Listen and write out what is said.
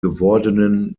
gewordenen